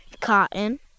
Cotton